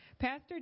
Pastor